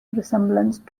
resemblance